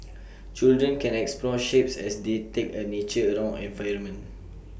children can explore shapes as they take A nature around environment